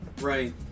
right